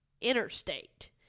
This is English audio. interstate